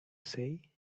say